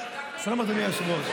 שלום, אדוני היושב-ראש.